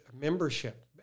membership